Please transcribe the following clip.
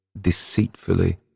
deceitfully